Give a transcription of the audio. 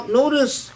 notice